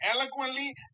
eloquently